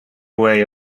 away